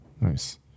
Nice